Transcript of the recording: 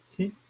Okay